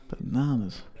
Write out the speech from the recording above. bananas